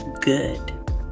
good